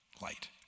Light